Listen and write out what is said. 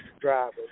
drivers